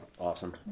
Awesome